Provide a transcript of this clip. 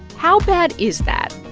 how bad is that?